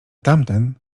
tamten